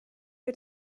wir